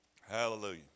Hallelujah